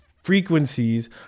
frequencies